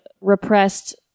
repressed